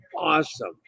awesome